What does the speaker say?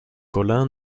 collin